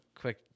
quick